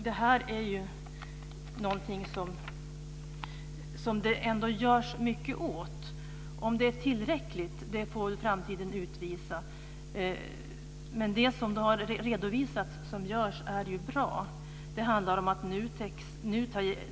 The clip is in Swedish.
Det här är någonting som det ändå görs mycket åt. Om det är tillräckligt får framtiden utvisa. Men det som görs som har redovisats är ju bra.